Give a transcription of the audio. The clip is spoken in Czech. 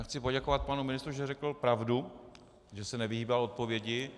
Chci poděkovat panu ministrovi, že řekl pravdu, že se nevyhýbal odpovědi.